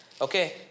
okay